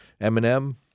Eminem